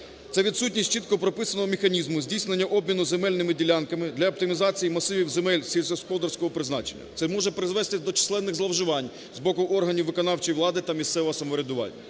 це відсутність чітко прописаного механізму здійснення обміну земельними ділянками для оптимізації масивів земель сільськогосподарського призначення. Це може призвести до численних зловживань з боку органів виконавчої влади та місцевого самоврядування.